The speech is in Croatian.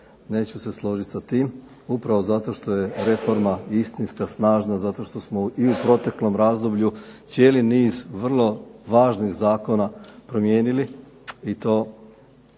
Neću se složit sa tim upravo zato što je reforma istinska, snažna, zato što smo i u proteklom razdoblju cijeli niz vrlo važnih zakona promijenili i to